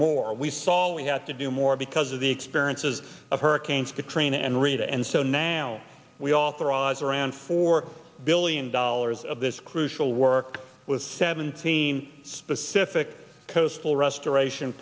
more we saw we have to do more because of the experiences of hurricanes katrina and rita and so now we authorized around four billion dollars of this crucial work with seventeen specific coastal restoration